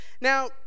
Now